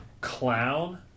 Clown